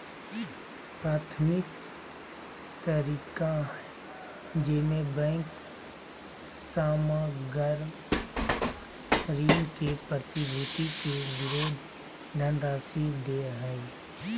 प्राथमिक तरीका हइ जेमे बैंक सामग्र ऋण के प्रतिभूति के विरुद्ध धनराशि दे हइ